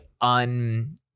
un